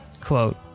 Quote